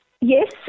Yes